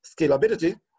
scalability